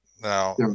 Now